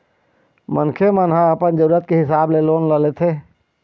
मनखे मन ह अपन जरुरत के हिसाब ले लोन ल लेथे